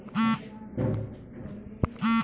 किसानन के आर्थिक विकास होला